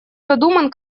задуман